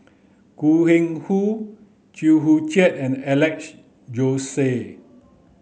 Koh Eng Hoon Chew Joo Chiat and Alex Josey